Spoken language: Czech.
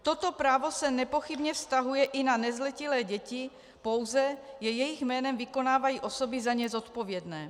Toto právo se nepochybně vztahuje i na nezletilé děti, pouze je jejich jménem vykonávají osoby za ně zodpovědné.